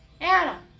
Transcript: Anna